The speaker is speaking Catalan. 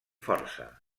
força